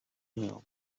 him